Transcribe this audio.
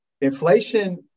inflation